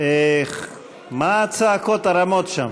מה הצעקות הרמות שם?